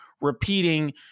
repeating